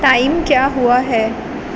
time کیا ہوا ہے